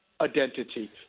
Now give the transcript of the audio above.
identity